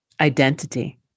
identity